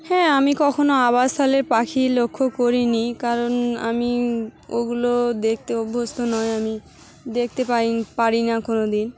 হ্যাঁ আমি কখনও আবাসস্থলের পাখি লক্ষ্য করিনি কারণ আমি ওগুলো দেখতে অভ্যস্ত নই আমি দেখতে পাই পারি না কোনো দিন